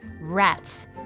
Rats